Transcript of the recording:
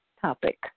topic